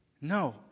No